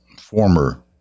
former